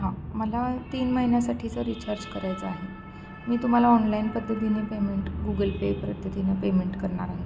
हां मला तीन महिन्यासाठीचा रिचार्ज करायचा आहे मी तुम्हाला ऑनलाईन पद्धतीने पेमेंट गुगल पे पद्धतीने पेमेंट करणार आहे